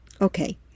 Okay